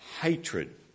hatred